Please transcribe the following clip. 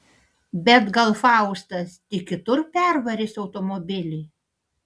bet gal faustas tik kitur pervarys automobilį